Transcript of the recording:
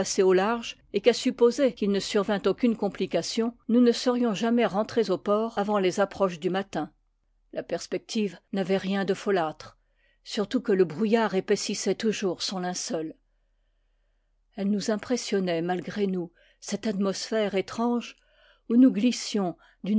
au large et qu'à supposer qu'il ne survînt aucune complication nous ne serions jamais rentrés au port avant les approches du matin la perspective n'avait rien de folâtre surtout que le brouillard épaississait toujours son linceul elle nous impressionnait malgré nous cette atmosphère étrange où nous glissions